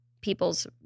people's